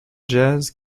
jazz